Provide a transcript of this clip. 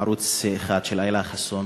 איילה חסון